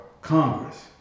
Congress